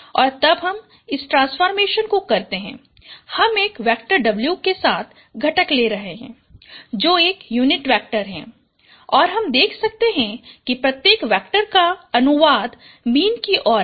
और तब हम इस ट्रांसफॉर्मेशन को करते हैं हम एक वेक्टर W के साथ घटक ले रहे हैं जो एक यूनिट वेक्टर है और हम देख सकते हैं कि प्रत्येक वेक्टर का अनुवाद मीन की ओर है